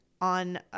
on